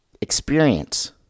experience